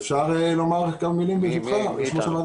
אפשר לומר כמה מילים, ברשותך?